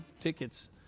tickets